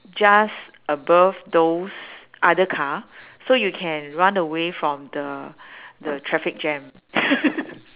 just above those other car so you can run away from the the traffic jam